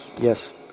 Yes